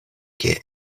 kie